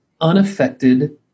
unaffected